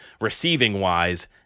receiving-wise